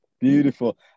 Beautiful